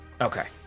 Okay